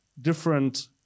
different